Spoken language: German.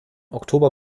oktober